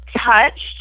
touched